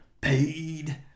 paid